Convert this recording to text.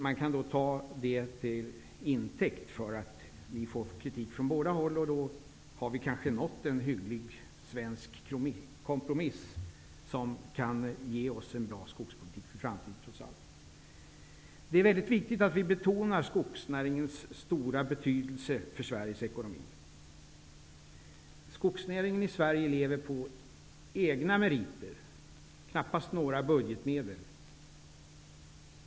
Eftersom vi får kritik från båda hållen, kan vi nog ta det till intäkt för att vi kanske nått en hygglig svensk kompromiss som kan ge oss en bra skogspolitik inför framtiden. Det är mycket viktigt att vi betonar skogsnäringens stora betydelse för Sveriges ekonomi. Skogsnäringen i Sverige lever på egna meriter och knappast på några budgetmedel.